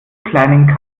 kleinen